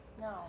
No